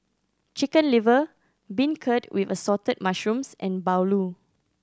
Chicken Liver beancurd with Assorted Mushrooms and bahulu